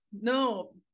No